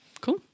Cool